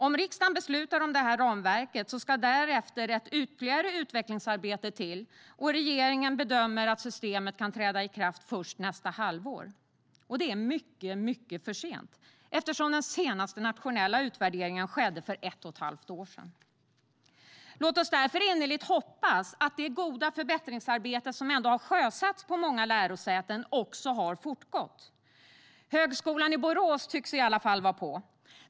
När riksdagen beslutat om ramverket ska ett ytterligare utvecklingsarbete till, och regeringen bedömer att systemet kan träda i kraft först nästa halvår. Det är mycket för sent eftersom den senaste nationella utvärderingen skedde för ett och ett halvt år sedan. Låt oss därför innerligt hoppas att det goda förbättringsarbete som ändå har sjösatts på många lärosäten också har fortgått. Högskolan i Borås tycks i alla fall vara på.